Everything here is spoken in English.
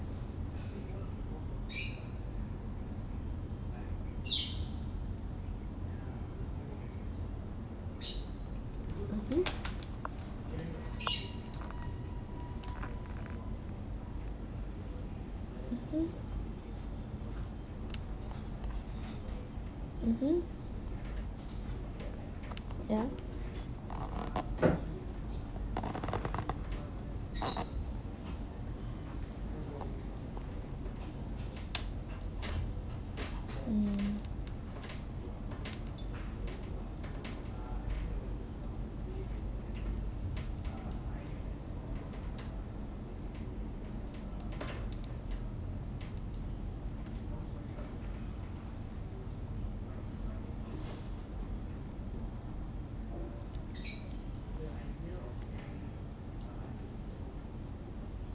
mmhmm mmhmm mmhmm ya mm